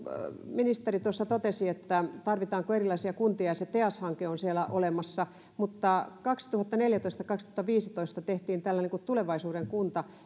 ministeri tuossa totesi että tarvitaanko erilaisia kuntia ja teas hanke on siellä olemassa mutta kaksituhattaneljätoista viiva kaksituhattaviisitoista tehtiin tällainen kuin tulevaisuuden kunta